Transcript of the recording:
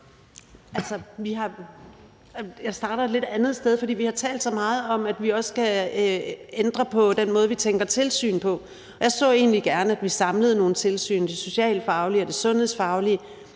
Jeg starter et lidt andet sted, for vi har talt så meget om, at vi også skal ændre på den måde, vi tænker tilsyn på, og jeg så egentlig gerne, at vi samlede nogle tilsyn, f.eks. det socialfaglige og det sundhedsfaglige.